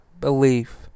belief